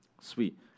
Sweet